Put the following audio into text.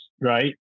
Right